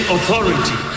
Authority